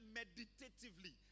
meditatively